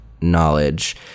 knowledge